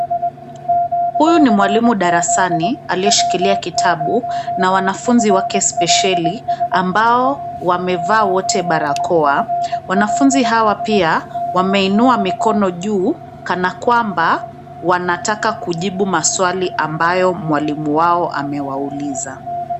Huyu ni mwalimu darasani aliyeshikilia kitabu na wanafunzi wake spesheli ambao wamevaa wote barakoa. Wanafunzi hawa pia wameinua mikono juu, kana kwamba wanataka kujibu maswali ambayo mwalimu wao amewauliza.